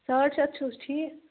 ساڑ شیٚے ہَتھ چھُو حظ ٹھیٖک